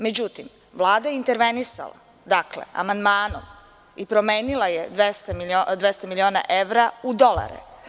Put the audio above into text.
Međutim, Vlada je intervenisala amandmanom i promenila je 200 miliona evra u dolare.